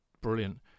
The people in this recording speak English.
brilliant